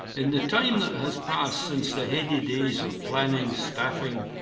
and the time that has passed since the heady days of planning, staffing,